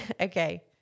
Okay